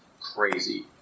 crazy